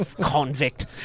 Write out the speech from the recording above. Convict